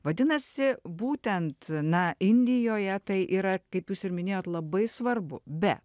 vadinasi būtent na indijoje tai yra kaip jūs ir minėjot labai svarbu be